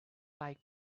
like